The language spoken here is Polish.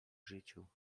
życiu